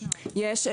יש,